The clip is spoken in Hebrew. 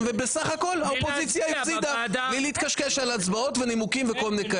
ובסך הכול האופוזיציה הפסידה בלי להתקשקש על הצבעות ונימוקים וכולי.